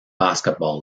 basketball